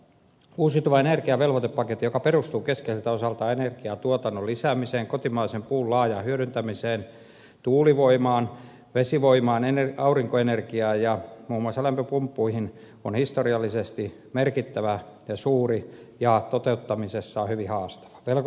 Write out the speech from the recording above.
uusiutuvan energian velvoitepaketti joka perustuu keskeiseltä osaltaan energian tuotannon lisäämiseen kotimaisen puun laajaan hyödyntämiseen tuulivoimaan vesivoimaan aurinkoenergiaan ja muun muassa lämpöpumppuihin on historiallisesti merkittävä ja suuri ja toteuttamisessaan hyvin haastava